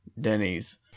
Denny's